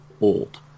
old